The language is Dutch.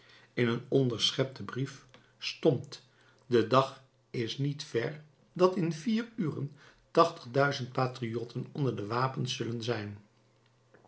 in een onderschepten brief stond de dag is niet ver dat in vier uren tachtig duizend patriotten onder de wapens zullen zijn